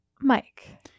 Mike